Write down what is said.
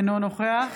אינו נוכח